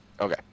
Okay